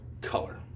color